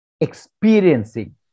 experiencing